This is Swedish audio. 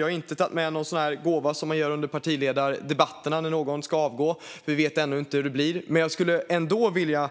Jag har inte tagit med någon gåva, som man gör under partiledardebatterna när någon ska avgå. Vi vet ännu inte hur det blir. Men jag vill ändå betona